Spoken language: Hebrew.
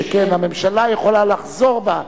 שכן הממשלה יכולה לחזור בה,